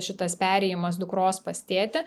šitas perėjimas dukros pas tėtį